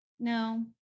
No